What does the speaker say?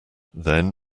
then